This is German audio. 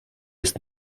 ist